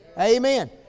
Amen